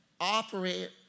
operate